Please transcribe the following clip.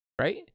Right